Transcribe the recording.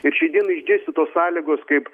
ir šiai dienai išdėstytos sąlygos kaip